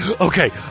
okay